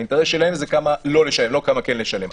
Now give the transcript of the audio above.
האינטרס שלהם זה כמה לא לשלם, לא כמה כן לשלם.